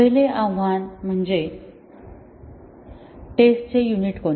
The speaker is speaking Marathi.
पहिले आव्हान म्हणजे टेस्ट चे युनिट कोणते